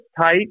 tight